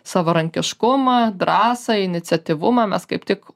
savarankiškumą drąsą iniciatyvumą mes kaip tik